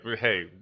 hey